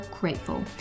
grateful